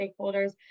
stakeholders